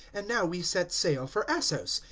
and now we set sail for assos,